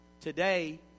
Today